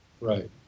Right